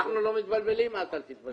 אנחנו לא מתבלבלים, את אל תתבלבלי.